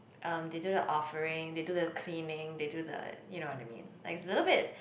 um they do the offering they do the cleaning they do the you know what I mean like it's a little bit